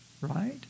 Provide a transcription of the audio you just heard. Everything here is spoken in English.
Right